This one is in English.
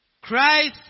Christ